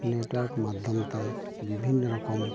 network ᱢᱟᱫᱫᱷᱚᱢ ᱛᱮ ᱵᱤᱵᱷᱤᱱᱱᱚ ᱨᱚᱠᱚᱢ